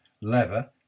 leather